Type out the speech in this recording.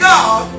God